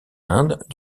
inde